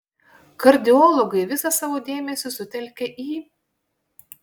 kardiologai visą savo dėmesį sutelkia į